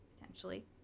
potentially